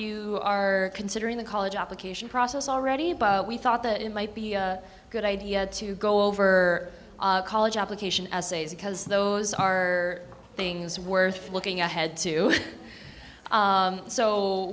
who are considering the college application process already we thought that it might be a good idea to go over a college application essays because those are things worth looking ahead to